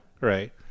Right